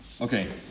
Okay